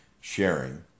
sharing